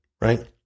right